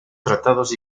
tratados